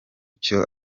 cyo